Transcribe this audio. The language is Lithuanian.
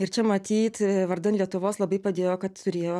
ir čia matyt vardan lietuvos labai padėjo kad turėjo